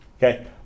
Okay